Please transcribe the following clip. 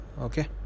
Okay